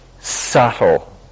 subtle